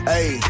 Hey